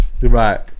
Right